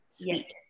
Yes